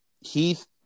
Heath